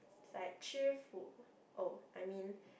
is like 吃福 oh I mean